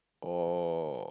oh